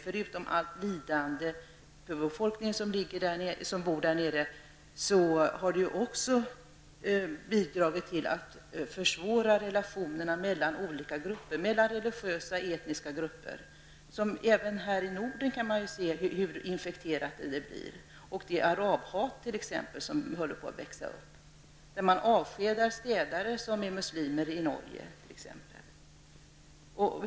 Förutom allt lidande för befolkningen, har det som man ställt till med också bidragit till att försvåra relationerna mellan religiösa och etniska grupper. Även här i Norden kan man se hur infekterat det har blivit. Det håller t.ex. på att växa fram ett arabhat. I t.ex. Norge avskedas städare som är muslimer.